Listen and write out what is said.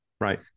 Right